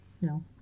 no